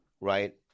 right